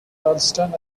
ralston